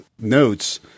notes